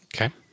Okay